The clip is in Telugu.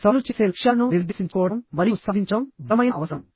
సవాలు చేసే లక్ష్యాలను నిర్దేశించుకోవడం మరియు సాధించడం బలమైన అవసరం